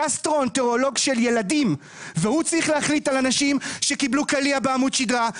גסטרואנטרולוג של ילדים והוא צריך להחליט על אנשים שקיבלו קליע בעמוד שדרה,